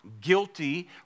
guilty